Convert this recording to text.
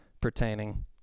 pertaining